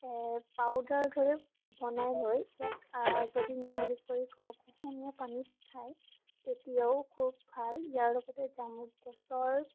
powder দৰে বনাই লৈ ইয়াক যদি মিহলি কৰি কুহুমীয়া পানীত খায় তেতিয়াও খুব ভাল ইয়াৰ লগতে জামুক গছৰ